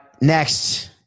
next